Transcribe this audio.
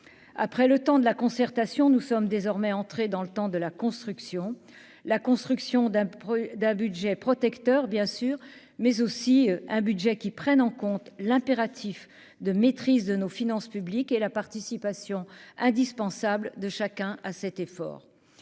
après le temps de la concertation, nous sommes désormais entrés dans le temps de la construction, la construction d'un d'un budget protecteur, bien sûr, mais aussi un budget qui prennent en compte l'impératif de maîtrise de nos finances publiques et la participation indispensable de chacun à cet effort,